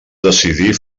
decidir